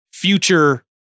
future